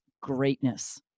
greatness